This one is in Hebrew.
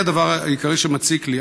וזה הדבר העיקרי שמציק לי.